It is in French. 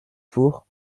pour